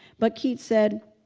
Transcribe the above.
but keats said,